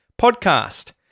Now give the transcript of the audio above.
podcast